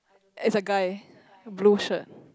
is a guy blue shirt